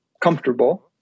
comfortable